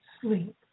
sleep